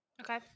Okay